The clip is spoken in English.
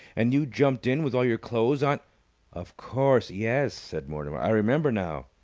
and you jumped in with all your clothes on of course, yes, said mortimer. i remember now.